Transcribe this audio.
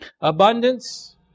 abundance